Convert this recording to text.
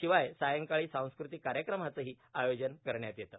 शिवाय सायंकाळी सांस्कृतिक कार्यक्रमांचंही आयोजन करण्यात येतं